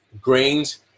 grains